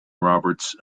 roberts